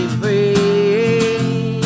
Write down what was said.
free